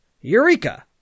Eureka